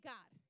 God